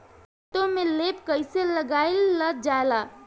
खेतो में लेप कईसे लगाई ल जाला?